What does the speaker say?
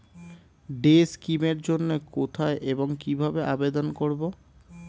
Day scheme এর জন্য কোথায় এবং কিভাবে আবেদন করব?